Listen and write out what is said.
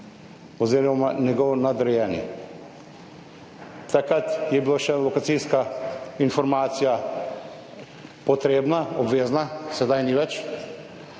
oziroma njegov nadrejeni. Takrat je bila še lokacijska informacija potrebna, obvezna, sedaj ni več